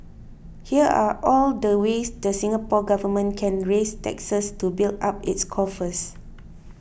here are all the ways the Singapore Government can raise taxes to build up its coffers